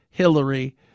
Hillary